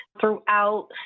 throughout